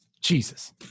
Jesus